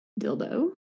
dildo